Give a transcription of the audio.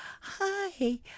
Hi